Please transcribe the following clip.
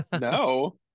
No